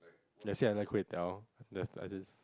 did I say until kway-teow there's like this